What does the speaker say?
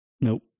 Nope